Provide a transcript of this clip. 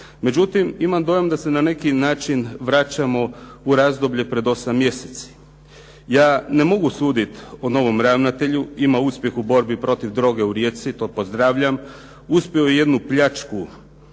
Međutim, imam dojam da se na neki način vraćamo u razdoblje pred 8 mjeseci. Ja ne mogu suditi o novom ravnatelju, ima uspjeh u borbi protiv droge u Rijeci, to pozdravljam, uspio je jednu pljačku